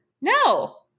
No